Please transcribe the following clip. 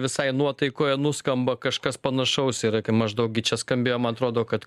visai nuotaikoje nuskamba kažkas panašaus yra kai maždaug gi čia skambėjo man atrodo kad